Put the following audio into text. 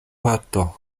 parto